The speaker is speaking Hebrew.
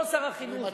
לא שר החינוך,